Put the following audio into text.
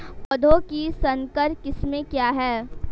पौधों की संकर किस्में क्या हैं?